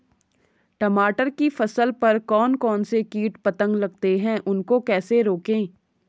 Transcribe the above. टमाटर की फसल पर कौन कौन से कीट पतंग लगते हैं उनको कैसे रोकें?